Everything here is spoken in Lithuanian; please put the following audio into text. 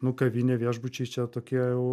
nu kavinė viešbučiai čia tokie jau